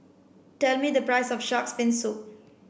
tell me the price of shark's fin soup